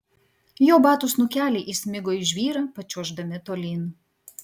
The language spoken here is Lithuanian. jo batų snukeliai įsmigo į žvyrą pačiuoždami tolyn